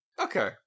Okay